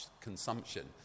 consumption